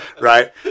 right